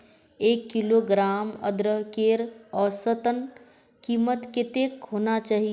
एक किलोग्राम अदरकेर औसतन कीमत कतेक होना चही?